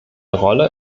rolle